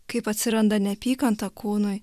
kaip atsiranda neapykanta kūnui